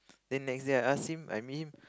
then next day I ask him I meet him